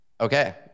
okay